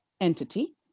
entity